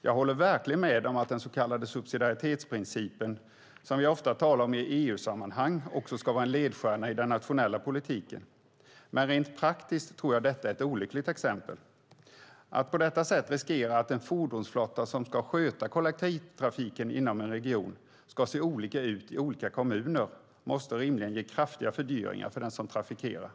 Jag håller verkligen med om att den så kallade subsidiaritetsprincipen, som vi ofta talar om i EU-sammanhang, ska vara en ledstjärna också i den nationella politiken. Men rent praktiskt tror jag detta är ett olyckligt exempel. Att på detta sätt riskera att en fordonsflotta som ska sköta kollektivtrafiken inom en region ska se olika ut i olika kommuner måste rimligen ge kraftiga fördyringar för den som trafikerar.